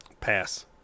Pass